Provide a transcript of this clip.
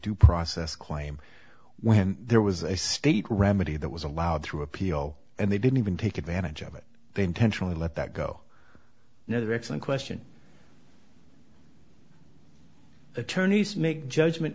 due process claim when there was a state remedy that was allowed to appeal and they didn't even take advantage of it they intentionally let that go another excellent question attorneys make judgement